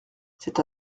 c’est